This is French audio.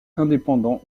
indépendants